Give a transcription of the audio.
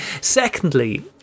Secondly